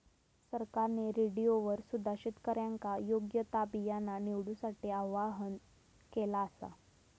सरकारने रेडिओवर सुद्धा शेतकऱ्यांका योग्य ता बियाणा निवडूसाठी आव्हाहन केला आसा